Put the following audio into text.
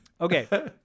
Okay